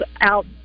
out